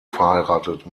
verheiratet